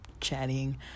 chatting